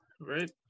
Right